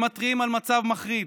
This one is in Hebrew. הם מתריעים על מצב מחריד,